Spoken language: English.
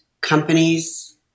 companies